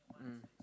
mm